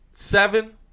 Seven